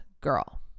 girl